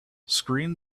screen